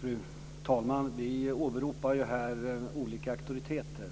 Fru talman! Vi åberopar olika auktoriteter.